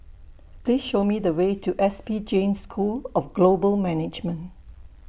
Please Show Me The Way to S P Jain School of Global Management